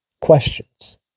questions